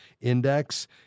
index